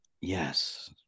yes